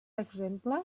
exemple